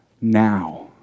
now